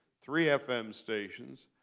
three fm stations,